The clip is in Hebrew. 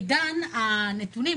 בעידן הנתונים,